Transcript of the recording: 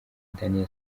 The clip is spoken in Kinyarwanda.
daniel